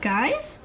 Guys